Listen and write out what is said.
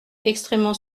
extrêmement